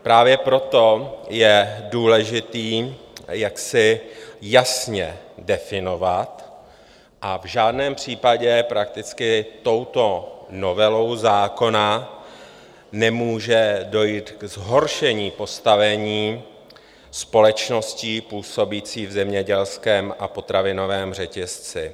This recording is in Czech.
Právě proto je důležité to jasně definovat a v žádném případě touto novelou zákona nemůže dojít ke zhoršení postavení společností působících v zemědělském a potravinovém řetězci.